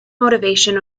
motivation